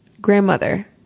grandmother